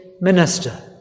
minister